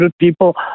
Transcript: people